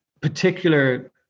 particular